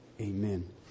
Amen